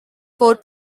four